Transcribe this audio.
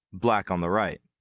black on the right.